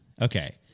okay